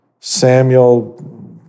Samuel